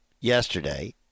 yesterday